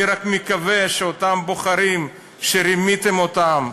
אני רק מקווה שאותם בוחרים שרימיתם אותם,